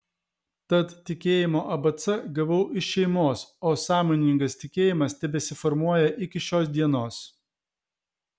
tad tikėjimo abc gavau iš šeimos o sąmoningas tikėjimas tebesiformuoja iki šios dienos